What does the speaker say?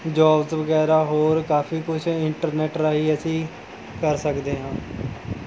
jobs ਵਗੈਰਾ ਹੋਰ ਕਾਫੀ ਕੁਛ ਇੰਟਰਨੈੱਟ ਰਾਹੀਂ ਅਸੀਂ ਕਰ ਸਕਦੇ ਹਾਂ